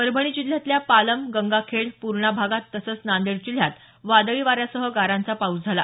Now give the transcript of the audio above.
परभणी जिल्ह्यातल्या पालम गंगाखेड पुर्णा भागात तसंच नांदेड जिल्ह्यात वादळी वाऱ्यासह गारांचा पाऊस झाला